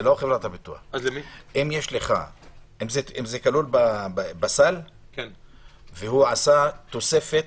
אם זה כלול בסל, והוא עשה תוספת